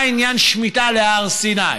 מה עניין שמיטה להר סיני?